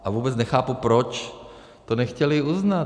A vůbec nechápu, proč to nechtěli uznat.